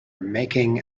making